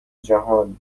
جهان